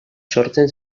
sortzen